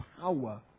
power